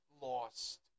Lost